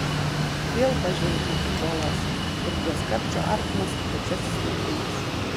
vėl pažvelgiau į uolas kur prie skardžio artinosi trečiasis vaikinas